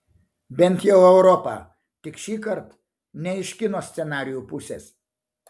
bent jau europa tik šįkart ne iš kino scenarijų pusės